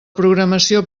programació